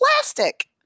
plastic